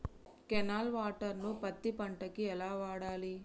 Canal water ను పత్తి పంట కి ఎలా వాడాలి?